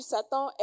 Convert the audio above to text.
Satan